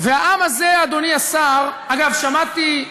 והעם הזה, אדוני השר, אגב, שמעתי,